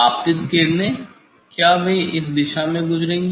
आपतित किरणें क्या वे इस दिशा में गुजरेंगी